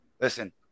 listen